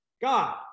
God